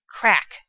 crack